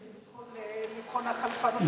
האם אתה מתכוון שצריך לבחון חלופה נוספת?